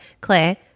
Claire